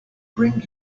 bring